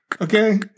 Okay